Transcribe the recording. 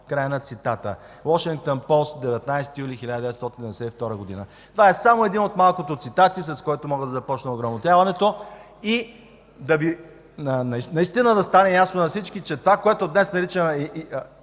Край на цитата – „Уошингтън Пост” 19 юли 1992 г. Това е само един от малкото цитати, с който мога да започна ограмотяването и наистина да стане ясно на всички, че това, което днес наричаме